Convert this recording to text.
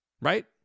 Right